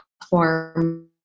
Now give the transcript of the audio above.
platform